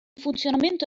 funzionamento